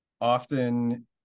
often